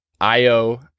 Io